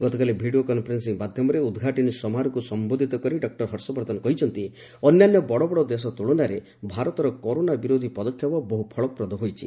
ଗତକାଲି video conferencing ମାଧ୍ୟମରେ ଉଦ୍ଘାଟନୀ ସମାରୋହକୁ ସମ୍ପୋଧିତ କରି ଡକ୍କର ବର୍ଦ୍ଧନ କହିଛନ୍ତି ଅନ୍ୟାନ୍ୟ ବଡ଼ ବଡ଼ ଦେଶ ତୁଳନାରେ ଭାରତର କରୋନା ବିରୋଧୀ ପଦକ୍ଷେପ ବହୁ ଫଳପ୍ରଦ ହୋଇଛି